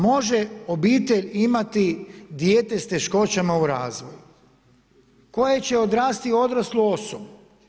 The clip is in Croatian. Može obitelj imati dijete s teškoćama u razvoju koje će odrasti u odraslu osobu.